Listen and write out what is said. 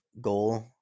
goal